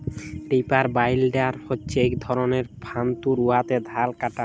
reaper binder হছে ইক ধরলের যল্তর উয়াতে ধাল কাটা হ্যয়